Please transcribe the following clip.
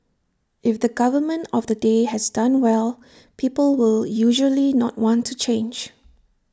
if the government of the day has done well people will usually not want to change